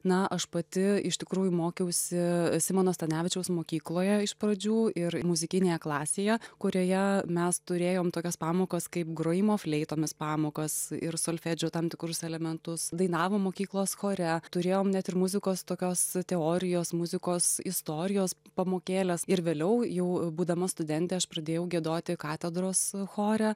na aš pati iš tikrųjų mokiausi simono stanevičiaus mokykloje iš pradžių ir muzikinėje klasėje kurioje mes turėjom tokias pamokas kaip grojimo fleitomis pamokas ir solfedžio tam tikrus elementus dainavom mokyklos chore turėjom net ir muzikos tokios teorijos muzikos istorijos pamokėles ir vėliau jau būdama studentė aš pradėjau giedoti katedros chore